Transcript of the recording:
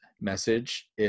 message